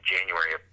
January